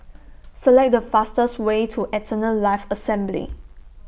Select The fastest Way to Eternal Life Assembly